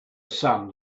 sun